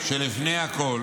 -- שלפני הכול